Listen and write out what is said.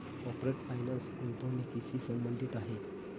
corporate finance गुंतवणुकीशी संबंधित आहे